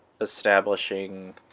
establishing